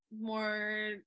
more